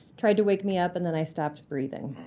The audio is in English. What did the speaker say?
tried to wake me up, and then i stopped breathing.